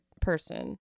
person